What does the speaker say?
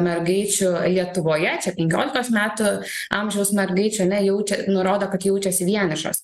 mergaičių lietuvoje čia penkiolikos metų amžiaus mergaičių ane jaučia nurodo kad jaučiasi vienišos